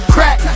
Crack